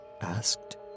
asked